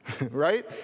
Right